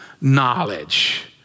knowledge